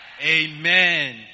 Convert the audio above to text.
amen